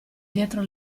dietro